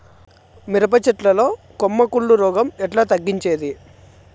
మిరప చెట్ల లో కొమ్మ కుళ్ళు రోగం ఎట్లా తగ్గించేది?